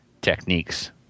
techniques